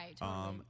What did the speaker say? right